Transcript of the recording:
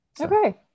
okay